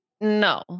no